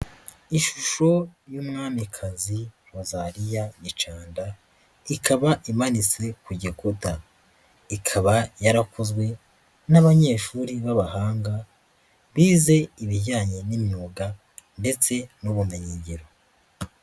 Ishusho y'umwamikazi Rozaliya Gicanda, ikaba imanitswe ku gikuta, ikaba yarakozwe n'abanyeshuri b'abahanga bize ibijyanye n'imyuga ndetse n'ubumenyingiro.